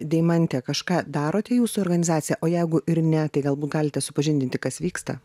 deimantė kažką darote jūsų organizacija o jeigu ir ne tai galbūt galite supažindinti kas vyksta